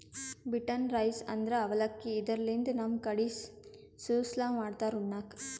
beaten rice ಅಂದ್ರ ಅವಲಕ್ಕಿ, ಇದರ್ಲಿನ್ದ್ ನಮ್ ಕಡಿ ಸುಸ್ಲಾ ಮಾಡ್ತಾರ್ ಉಣ್ಣಕ್ಕ್